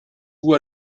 vous